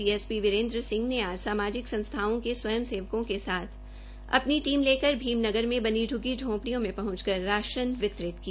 D S P Virendra Singh ने आज सामाजिक संस्थाओं के स्वयं सेवकों के साथ अपनी टीम लेकर भीम नगर मे बनी झुग्गी झोपडी में पहंचकर राशन वितरित किया